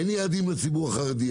אין יעדים לציבור החרדי,